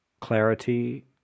clarity